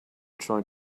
trying